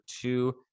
two